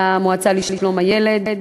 למועצה לשלום הילד.